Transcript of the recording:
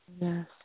Yes